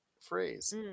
phrase